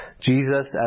Jesus